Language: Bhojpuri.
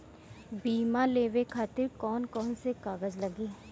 बीमा लेवे खातिर कौन कौन से कागज लगी?